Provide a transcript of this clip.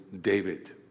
David